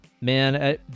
man